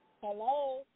Hello